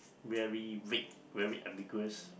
very vague very ambiguous